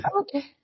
Okay